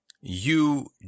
You